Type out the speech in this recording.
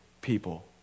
people